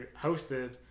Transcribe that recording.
hosted